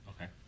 Okay